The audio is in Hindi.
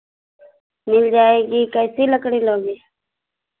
मिल जाएगी कैसी लकड़ी लोगी